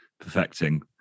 perfecting